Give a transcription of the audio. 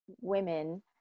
women